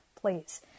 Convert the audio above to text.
please